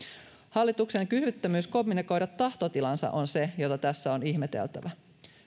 hallituksen kyvyttömyys kommunikoida tahtotilaansa on se jota tässä on ihmeteltävä